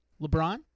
LeBron